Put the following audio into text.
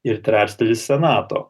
ir trečdalis senato